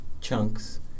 chunks